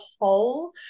whole